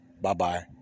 Bye-bye